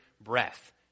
breath